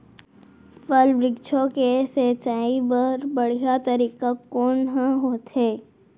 फल, वृक्षों के सिंचाई बर बढ़िया तरीका कोन ह होथे?